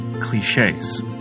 cliches